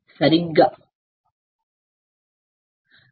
కాబట్టి తయారీ కారణంగా మీ β లో చిన్న మార్పు ఉంటుంది